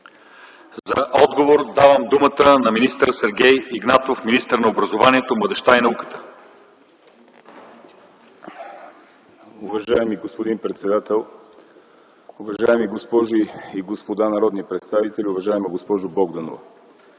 За отговор давам думата на Сергей Игнатов – министър на образованието, младежта и науката. МИНИСТЪР СЕРГЕЙ ИГНАТОВ: Уважаеми господин председател, уважаеми госпожи и господа народни представители, уважаема госпожо Богданова!